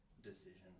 decision